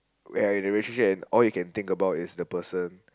where you're in a relationship and all you can think about is the person